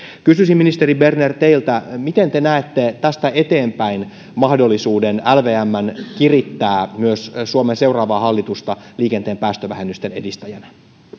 kysyisin ministeri berner teiltä miten te näette tästä eteenpäin lvmn mahdollisuuden kirittää myös suomen seuraavaa hallitusta liikenteen päästövähennysten edistäjänä